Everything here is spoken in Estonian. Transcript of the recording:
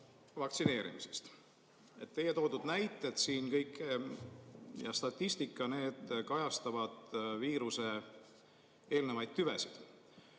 vaktsineerimisest. Teie toodud näited siin ja statistika kajastavad viiruse eelnevaid tüvesid.